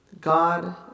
God